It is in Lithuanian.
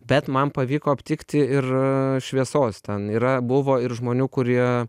bet man pavyko aptikti ir šviesos ten yra buvo ir žmonių kurie